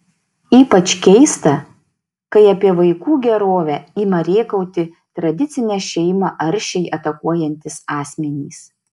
ypač keista kai apie vaikų gerovę ima rėkauti tradicinę šeimą aršiai atakuojantys asmenys